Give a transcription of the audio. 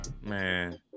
man